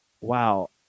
Wow